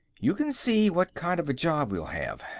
you can see what kind of a job we'll have.